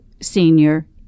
senior